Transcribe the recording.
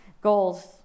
goals